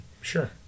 Sure